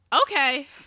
okay